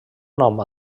nom